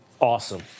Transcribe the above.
Awesome